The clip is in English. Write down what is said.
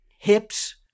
hips